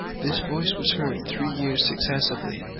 this voice was heard three years successively,